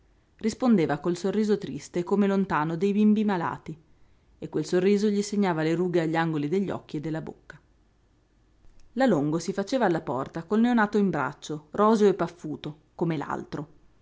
rispondeva col sorriso triste e come lontano dei bimbi malati e quel sorriso gli segnava le rughe agli angoli degli occhi e della bocca la longo si faceva alla porta col neonato in braccio roseo e paffuto